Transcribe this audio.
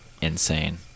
insane